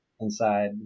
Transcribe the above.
inside